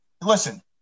Listen